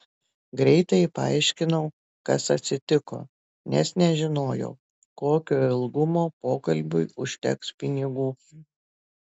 greitai paaiškinau kas atsitiko nes nežinojau kokio ilgumo pokalbiui užteks pinigų